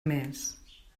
més